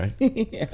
Right